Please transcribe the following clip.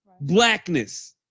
blackness